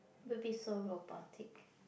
will be so robotic